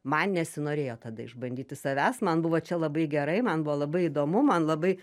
man nesinorėjo tada išbandyti savęs man buvo čia labai gerai man buvo labai įdomu man labai